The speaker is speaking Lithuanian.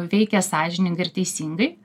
veikė sąžiningai ir teisingai